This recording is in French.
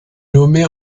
nommée